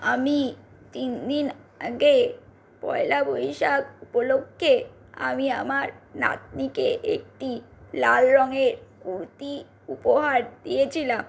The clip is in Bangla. আমি তিন দিন আগে পয়লা বৈশাখ উপলক্ষ্যে আমি আমার নাতনিকে একটি লাল রঙের কুর্তি উপহার দিয়েছিলাম